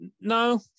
no